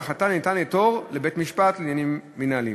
על ההחלטה ניתן לעתור לבית-המשפט לעניינים מינהליים.